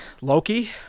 Loki